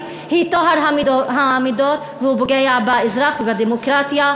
היא טוהר המידות והוא פוגע באזרח ובדמוקרטיה?